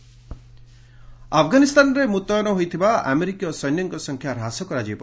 Trump Afghanistan ଆଫଗାନିସ୍ତାନରେ ମୁତ୍ୟନ ହୋଇଥିବା ଆମେରିକୀୟ ସୈନ୍ୟଙ୍କ ସଂଖ୍ୟା ହ୍ରାସ କରାଯିବ